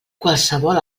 qualssevol